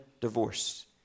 divorce